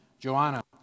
Joanna